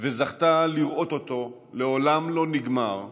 וזכתה לראות אותו לעולם לא נגמר,